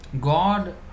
God